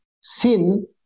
sin